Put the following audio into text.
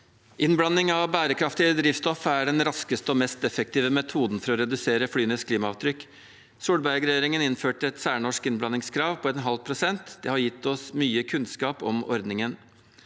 Innblanding av bære- kraftig drivstoff er den raskeste og mest effektive metoden for å redusere flyenes klimaavtrykk. Solberg-regjeringen innførte et særnorsk innblandingskrav på en halv prosent – det har gitt oss mye kunnskap om ordningen.